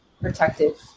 protective